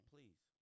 Please